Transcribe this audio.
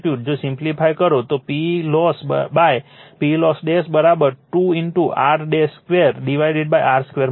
જો સિમ્પ્લિફાઇ કરો તો PLoss PLoss 2 r 2 divided r2 મળશે